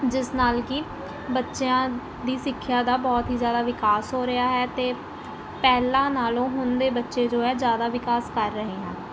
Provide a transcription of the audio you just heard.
ਜਿਸ ਨਾਲ ਕਿ ਬੱਚਿਆਂ ਦੀ ਸਿੱਖਿਆ ਦਾ ਬਹੁਤ ਹੀ ਜ਼ਿਆਦਾ ਵਿਕਾਸ ਹੋ ਰਿਹਾ ਹੈ ਅਤੇ ਪਹਿਲਾਂ ਨਾਲੋਂ ਹੁਣ ਦੇ ਬੱਚੇ ਜੋ ਹੈ ਜ਼ਿਆਦਾ ਵਿਕਾਸ ਕਰ ਰਹੇ ਹਨ